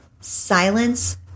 silence